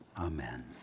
Amen